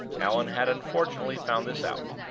allan had, unfortunately, found this out,